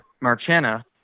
Marchena